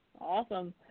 Awesome